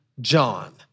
John